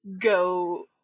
go